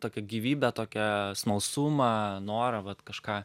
tokią gyvybę tokią smalsumą norą vat kažką